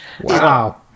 Wow